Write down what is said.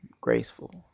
graceful